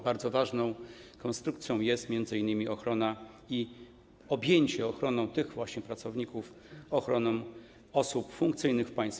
Bardzo ważną konstrukcją jest m.in. ochrona i objęcie ochroną tych właśnie pracowników, osób funkcyjnych w państwie.